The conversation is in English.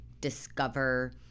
discover